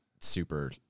super